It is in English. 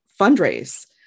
fundraise